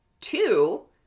Two